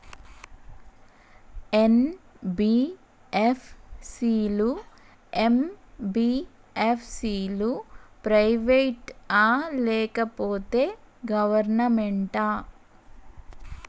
NBFC లు, MBFC లు private ఆ లేకపోతే గవర్నమెంటా?